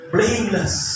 Blameless